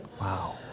Wow